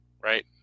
right